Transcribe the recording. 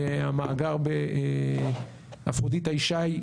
המאגר באפרודיטה-ישי,